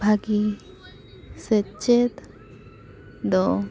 ᱵᱷᱟᱜᱤ ᱥᱮᱪᱮᱫ ᱫᱚ